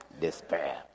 despair